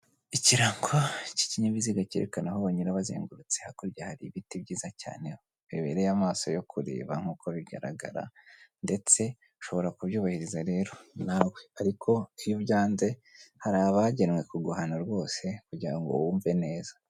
Ikirango cy'ikinyabiziga cyerekana aho banyura bazengurutse hakurya hari ibiti byiza cyane bibereye amaso yo kureba nk'uko bigaragara ndetse ushobora kubyubahiriza rero nawe ariko iyo ubyaze hari abagenwe kuguhana rwose kugira ngo wumve neza.